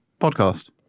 podcast